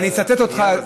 אצטט אותך,